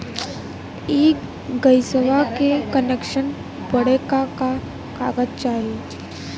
इ गइसवा के कनेक्सन बड़े का का कागज चाही?